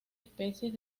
especies